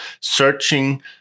searching